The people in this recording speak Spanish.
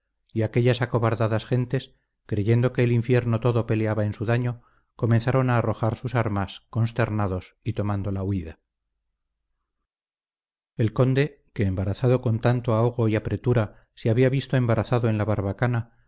y aquellas acobardadas gentes creyendo que el infierno todo peleaba en su daño comenzaron a arrojar sus armas consternados y tomando la huida el conde que embarazado con tanto ahogo y apretura se había visto embarazado en la barbacana